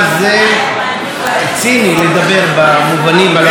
אתה תראה כמה זה ציני לדבר במובנים הללו.